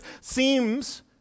seems